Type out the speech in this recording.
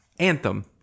Anthem